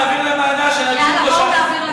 להעביר לוועדה, שנדון, יאללה, בואו נעביר לוועדה.